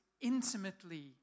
intimately